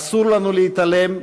אסור לנו להתעלם,